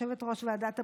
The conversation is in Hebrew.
יושבת-ראש ועדת הבריאות,